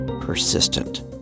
persistent